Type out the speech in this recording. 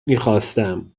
میخواستم